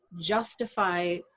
justify